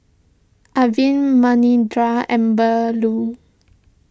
Arvind Manindra and Bellur